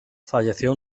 falleció